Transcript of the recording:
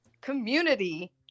community